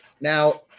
Now